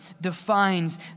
defines